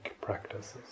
practices